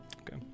Okay